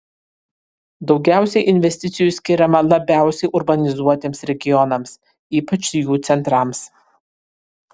daugiausiai investicijų skiriama labiausiai urbanizuotiems regionams ypač jų centrams